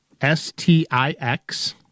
S-T-I-X